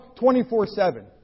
24-7